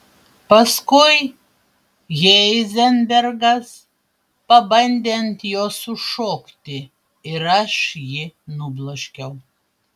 paskui heizenbergas pabandė ant jos užšokti ir aš jį nubloškiau